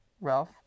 Ralph